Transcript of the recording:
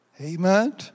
Amen